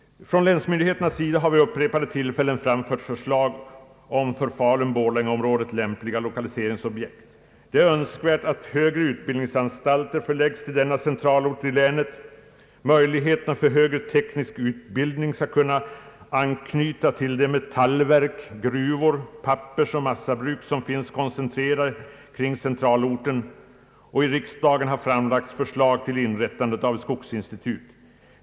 Från länsmyndigheternas sida har vid upprepade tillfällen framförts förslag om för Falun-—Borlänge-området lämpliga lokaliseringsobjekt. Det är önskvärt att högre utbildningsanstalter förläggs till denna centralort i länet. Möjligheten för högre teknisk utbildning skulle kunna anknyta till de metallverk, gruvor, pappersoch massabruk som finns koncentrerade kring centralorten. I riksdagen har framlagts förslag till inrättandet av ett skogsinstitut.